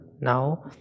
now